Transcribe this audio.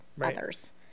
others